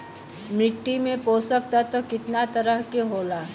मिट्टी में पोषक तत्व कितना तरह के होला?